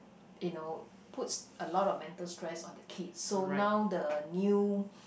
you know puts a lot of mental stress on the kid so now the new